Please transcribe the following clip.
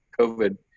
COVID